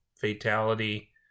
fatality